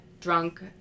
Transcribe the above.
drunk